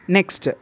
Next